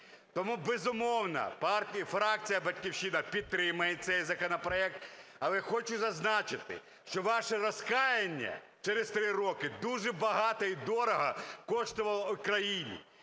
Тому, безумовно, фракція "Батьківщина" підтримає цей законопроект, але хочу зазначити, що ваше розкаяння через три роки дуже багато і дорого коштувало Україні.